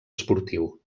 esportiu